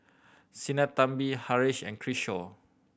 Sinnathamby Haresh and Kishore